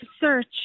search